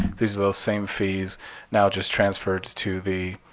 these are those same fees now just transferred to the